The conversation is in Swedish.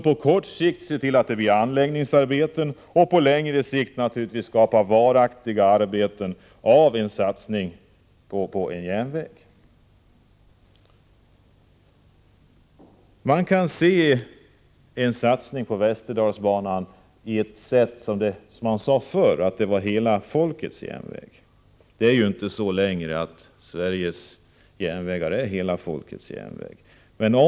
På kort sikt blir det tillgång till anläggningsarbeten, och på lång sikt skapas varaktiga arbeten av en satsning på en järnväg. En satsning på Västerdalsbanan gör att man får, som det sades förr, en hela folkets järnväg. Det är ju inte längre så att Sveriges järnvägar är hela folkets järnvägar.